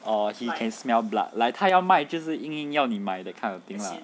or he can smell blood 来他要卖就是硬硬要你买 that kind of thing lah